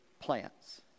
plants